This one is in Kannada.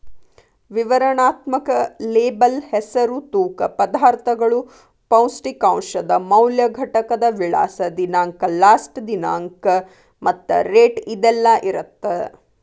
ವಿವರಣಾತ್ಮಕ ಲೇಬಲ್ ಹೆಸರು ತೂಕ ಪದಾರ್ಥಗಳು ಪೌಷ್ಟಿಕಾಂಶದ ಮೌಲ್ಯ ಘಟಕದ ವಿಳಾಸ ದಿನಾಂಕ ಲಾಸ್ಟ ದಿನಾಂಕ ಮತ್ತ ರೇಟ್ ಇದೆಲ್ಲಾ ಇರತ್ತ